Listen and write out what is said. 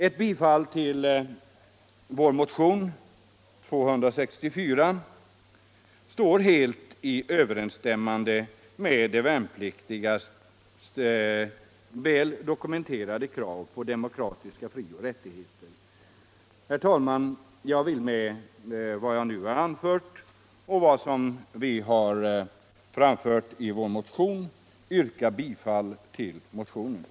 Ett bifall till vår motion 264 står helt i överensstämmelse med de värnpliktigas väl dokumenterade krav på demokratiska frioch rättigheter. Herr talman! Med hänvisning till det anförda och till vad som sägs i vår motion yrkar jag bifall till densamma.